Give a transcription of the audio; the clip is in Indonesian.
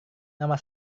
nama